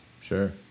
Sure